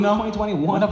2021